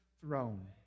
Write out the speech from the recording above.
throne